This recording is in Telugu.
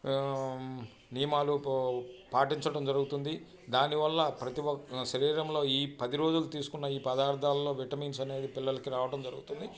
నియమాలు పాటించడం జరుగుతుంది దానివల్ల ప్రతీ ఒక్క శరీరంలో ఈ పది రోజులు తీసుకున్న ఈ పదార్థాల్లో విటమిన్స్ అనేవి పిల్లలకి రావడం జరుగుతుంది